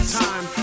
time